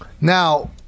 Now